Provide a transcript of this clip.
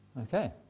Okay